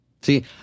See